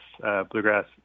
bluegrass